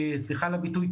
סליחה על הביטוי,